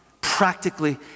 Practically